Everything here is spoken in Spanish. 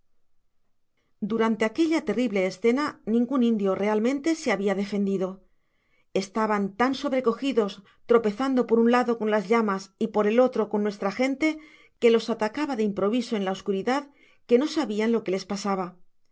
durante aquella terrible escena ningun indio realmente se habia defendido estaban tan sobrecogidos tropezando por un lado con las llamas y por el otro con nuestra gente que los atacaba de improviso en la oscuridad que no sabian lo que les pasaba